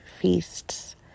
feasts